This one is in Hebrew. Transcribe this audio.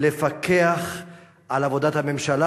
לפקח על עבודת הממשלה,